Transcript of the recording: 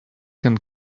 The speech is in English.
can